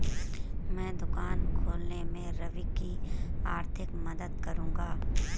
मैं दुकान खोलने में रवि की आर्थिक मदद करूंगा